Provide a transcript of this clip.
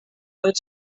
lit